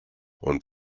und